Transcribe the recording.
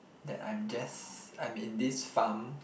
that I'm just I'm in this farm